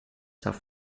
tough